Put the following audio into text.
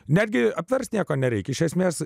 netgi apversti nieko nereikia iš esmės